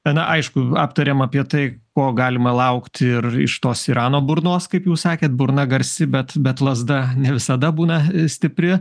na aišku aptarėm apie tai ko galima laukti ir iš tos irano burnos kaip jūs sakėt burna garsi bet bet lazda ne visada būna stipri